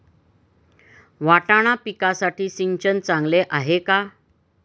वाटाणा पिकासाठी सिंचन चांगले आहे का?